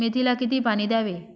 मेथीला किती पाणी द्यावे?